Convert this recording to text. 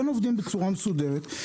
הם כן עובדים בצורה מסודרת,